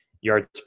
yards